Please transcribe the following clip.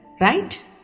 right